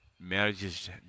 marriages